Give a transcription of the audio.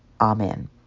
Amen